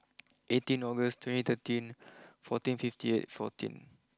eighteen August twenty thirteen fourteen fifty eight fourteen